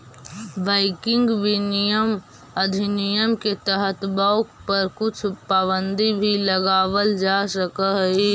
banking विनियमन अधिनियम के तहत बाँक पर कुछ पाबंदी भी लगावल जा सकऽ हइ